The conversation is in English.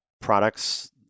products